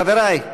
חבריי,